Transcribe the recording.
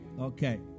Okay